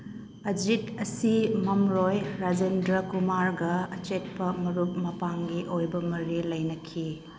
ꯑꯖꯤꯠ ꯑꯁꯤ ꯃꯝꯔꯣꯏ ꯔꯥꯖꯦꯟꯗ꯭ꯔ ꯀꯨꯃꯥꯔꯒ ꯆꯠꯄ ꯃꯔꯨꯞ ꯃꯄꯥꯡꯒꯤ ꯑꯣꯏꯕ ꯃꯔꯤ ꯂꯩꯅꯈꯤ